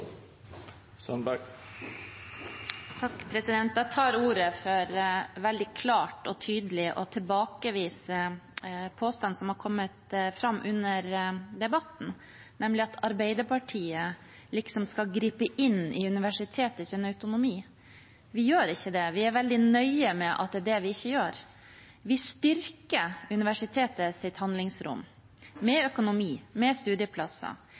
Jeg tar ordet for veldig klart og tydelig å tilbakevise påstanden som er kommet fram under debatten, nemlig at Arbeiderpartiet liksom skal gripe inn i universitetets autonomi. Vi gjør ikke det, vi er veldig nøye med at det er det vi ikke gjør. Vi styrker universitetets handlingsrom – med økonomi, med studieplasser.